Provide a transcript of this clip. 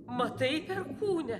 matai perkūne